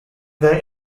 their